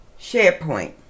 SharePoint